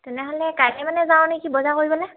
তেনেহ'লে কাইলৈ মানে যাওঁনে কি বজাৰ কৰিবলৈ